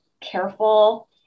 careful